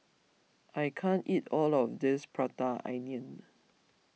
I can't eat all of this Prata Onion